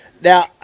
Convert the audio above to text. Now